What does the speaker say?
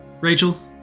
Rachel